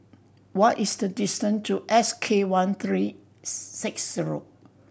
what is the distance to S K one three six zero